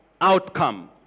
outcome